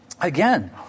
Again